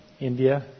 India